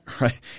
Right